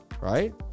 right